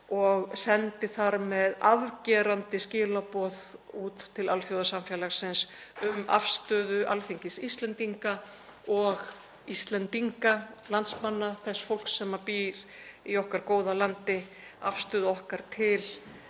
og sendi þar með afgerandi skilaboð út til alþjóðasamfélagsins um afstöðu Alþingis Íslendinga og Íslendinga, landsmanna, þess fólks sem býr í okkar góða landi, til